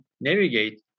navigate